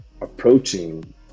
approaching